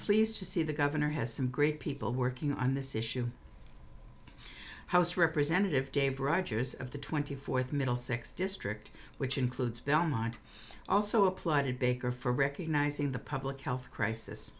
pleased to see the governor has some great people working on this issue house representative dave rogers of the twenty fourth middlesex district which includes belmont also applauded baker for recognizing the public health crisis